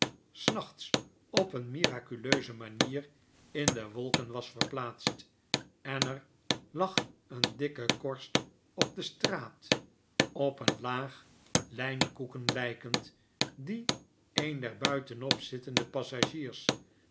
s nachts op een miraculeuse manier in de wolken was verplaatst en er lag een dikke korst op de straat op een laag hjnkoeken lijkend die een der buitenop zittende passagiers